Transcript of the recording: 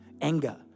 anger